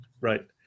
Right